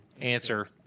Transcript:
answer